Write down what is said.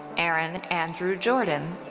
aaron andrew jordan.